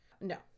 No